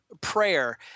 prayer